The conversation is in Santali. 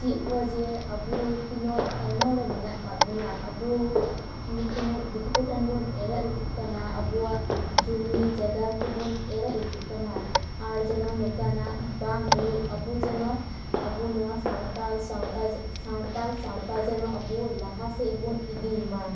ᱪᱮᱫ ᱟᱠᱚᱣᱟᱡᱮ ᱟᱵᱚ ᱛᱤᱱᱟᱹᱜ ᱛᱟᱭᱱᱚᱢ ᱨᱮ ᱢᱮᱱᱟᱜ ᱟᱠᱟᱫ ᱵᱚᱱᱟ ᱟᱵᱚ ᱛᱤᱱᱟᱹᱜ ᱫᱤᱠᱩ ᱠᱚᱴᱷᱮᱱ ᱵᱚᱱ ᱮᱲᱮ ᱚᱪᱚᱜ ᱠᱟᱱᱟ ᱟᱵᱩᱭᱟᱜ ᱡᱩᱢᱤ ᱡᱟᱸᱜᱟ ᱠᱚᱵᱚᱱ ᱮᱨᱮ ᱚᱪᱚᱜ ᱠᱟᱱᱟ ᱟᱨ ᱡᱮᱱᱚ ᱱᱚᱠᱟᱱᱟᱜ ᱵᱟᱝ ᱦᱩᱭᱩᱜ ᱟᱵᱚ ᱡᱮᱱᱚ ᱟᱵᱚ ᱱᱚᱣᱟ ᱥᱟᱶᱛᱟᱞ ᱥᱟᱶᱛᱟ ᱥᱟᱶᱛᱟᱞ ᱥᱟᱶᱛᱟ ᱡᱮᱱᱚ ᱟᱵᱚ ᱞᱟᱦᱟ ᱥᱮᱫ ᱵᱚᱱ ᱤᱫᱤ ᱢᱟ